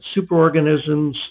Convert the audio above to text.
superorganisms